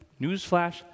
Newsflash